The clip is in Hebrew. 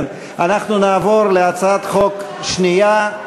אנחנו נעבור להצעת החוק השנייה,